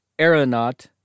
Aeronaut